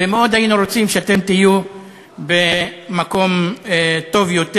ומאוד היינו רוצים שאתם תהיו במקום טוב יותר.